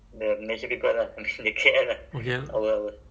then dah you all dah makan belum